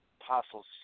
apostles